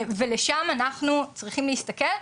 ולשם אנחנו צריכים להסתכל.